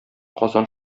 казан